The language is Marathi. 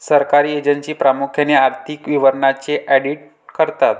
सरकारी एजन्सी प्रामुख्याने आर्थिक विवरणांचे ऑडिट करतात